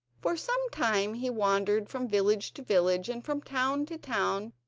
for some time he wandered from village to village and from town to town,